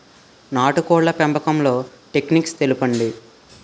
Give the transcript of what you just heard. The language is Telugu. నాటుకోడ్ల పెంపకంలో టెక్నిక్స్ తెలుపండి?